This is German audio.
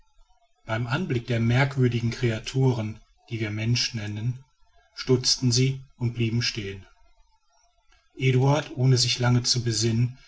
beim anblick der merkwürdigen kreaturen die wir menschen nennen stutzten sie und blieben stehen eduard ohne sich lange zu besinnen